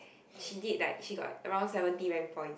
she did like they got around seventy rank points